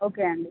okay అండి